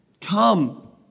Come